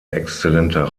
exzellenter